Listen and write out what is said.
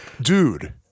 Dude